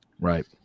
Right